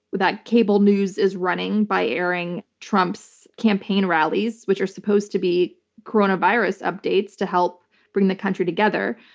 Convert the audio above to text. that cable news is running by airing trump's campaign rallies, which are supposed to be coronavirus updates to help bring the country together,